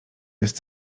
jest